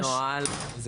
זה הנוהל,